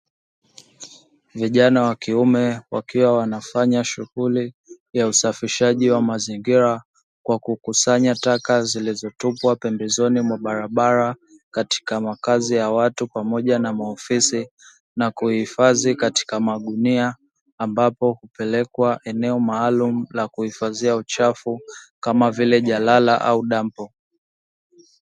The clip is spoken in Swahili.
Vijana wa kiume wakiwa wanafanya shughuli ya usafishaji wa mazingira kwa kukusanya taka zilizotupwa pembezoni mwa barabara katika makazi ya watu pamoja na maofisi na kuhifadhi katika magunia, ambapo hupelekwa eneo maalumu la kuhifadhia uchafu kama vile jalala au dampo.